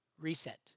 reset